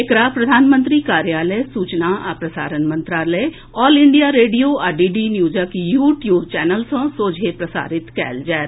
एकरा प्रधानमंत्री कार्यालय सूचना आ प्रसारण मंत्रालय ऑल इंडिया रेडियो आ डीडी न्यूजक यू ट्यूब चैनल सँ सीधा प्रसारित कयल जायत